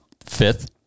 fifth